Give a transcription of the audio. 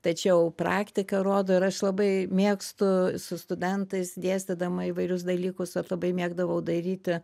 tačiau praktika rodo ir aš labai mėgstu su studentais dėstydama įvairius dalykus vat labai mėgdavau daryti